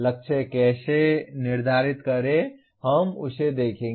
लक्ष्य कैसे निर्धारित करें हम उसे देखेंगे